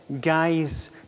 guys